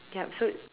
yup so